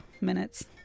minutes